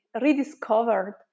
rediscovered